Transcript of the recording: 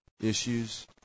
issues